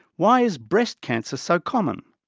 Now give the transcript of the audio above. why is breast cancer so common?